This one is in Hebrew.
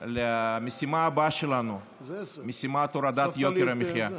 למשימה הבאה שלנו, משימת הורדת יוקר המחיה.